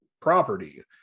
property